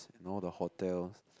as in all the hotels